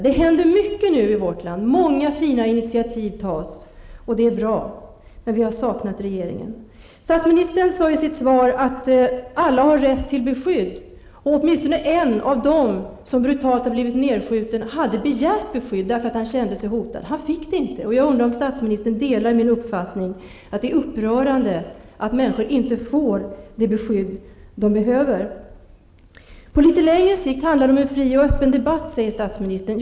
Det händer mycket nu i vårt land. Många fina inititiv tas, och det är bra. Men här har vi saknat ett agerande från regeringen. Statsministern sade i sitt svar att alla har rätt till beskydd. Åtminstone en av dem som brutalt blivit nedskjutna har begärt beskydd därför att han känt sig hotad. Han fick inte något beskydd. Jag undrar om statsministern delar min uppfattning att det är upprörande att människor inte får det beskydd som de behöver. På litet längre sikt handlar det om en fri och öppen debatt, säger statsministern.